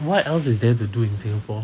what else to do in singapore